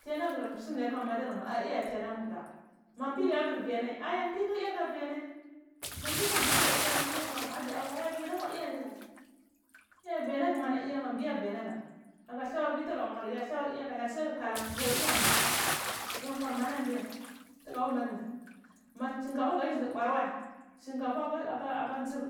Ti alagor diya kagur sum kaka madarma ya ti alamur da mba vui diya agur vuiahai arya vur anagheh ma mbi diya aga uui alamur diya haja a ya vui iya ya vialagu iya mana ma mbi ya vi kaga allawar vui tuga mura yay aɗlawar yo ka hyel malaeageh klulan ani yo kwarmana n ɗiye ma cinkafa kudi ndinbwar wai shinkafa aka ntsir